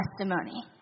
testimony